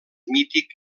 mític